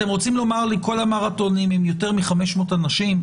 אתם רוצים לומר לי שכל המרתונים הם יותר מ-500 אנשים?